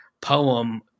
poem